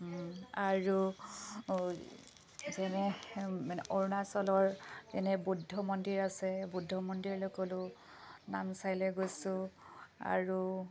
আৰু যেনে মানে অৰুণাচলৰ যেনে বুদ্ধ মন্দিৰ আছে বুদ্ধ মন্দিৰলৈ গ'লোঁ নামচাইলৈ গৈছোঁ আৰু